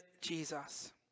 Jesus